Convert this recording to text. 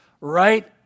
right